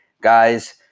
guys